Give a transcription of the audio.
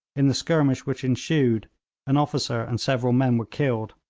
in the skirmish which ensued an officer and several men were killed,